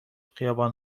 خیابان